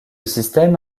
système